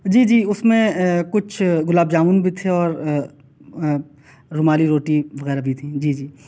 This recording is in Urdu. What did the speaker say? جی جی اُس میں کچھ گلاب جامن بھی تھے اور رومالی روٹی وغیرہ بھی تھی جی جی